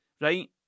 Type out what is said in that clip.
right